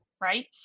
right